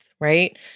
right